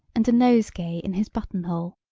and a nosegay in his buttonhole.